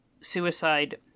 suicide